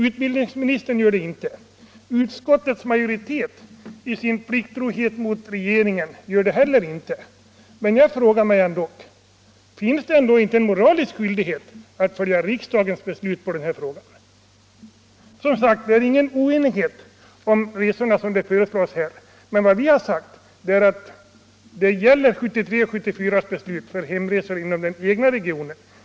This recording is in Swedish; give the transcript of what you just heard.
Utbildningsministern gör det inte, och utskottets majoritet vill i sin plikttrohet mot regeringen inte heller göra det. Finns det ändå inte en moralisk skyldighet att följa riksdagens beslut i denna fråga? Det råder ingen oenighet om de resor som behandlas i utskottsbetänkandet, men vår reservation gäller 1973 och 1974 års beslut angående resor inom den egna gymnasieregionen.